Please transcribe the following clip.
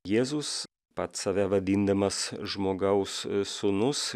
jėzus pats save vadindamas žmogaus sūnus